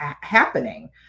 happening